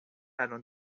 الان